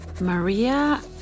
Maria